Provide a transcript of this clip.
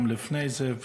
גם לפני זה,